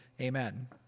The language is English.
Amen